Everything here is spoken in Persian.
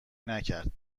نکرد